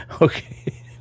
okay